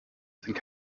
sind